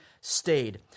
stayed